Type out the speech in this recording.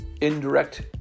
indirect